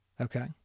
Okay